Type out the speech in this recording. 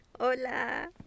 Hola